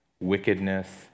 wickedness